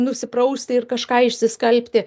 nusiprausti ir kažką išsiskalbti